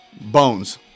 bones